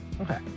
okay